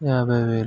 యాభై వేలు